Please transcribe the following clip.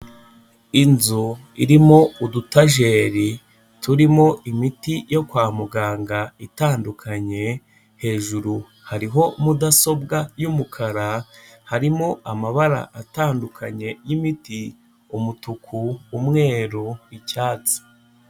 Inzu irimo udutajeri turimo imiti yo kwa muganga itandukanye, hejuru hariho mudasobwa y'umukara, harimo amabara atandukanye y'imiti, umutuku, umweru, icyatsi.